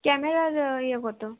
ক্যামেরার ইয়ে কত